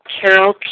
Carol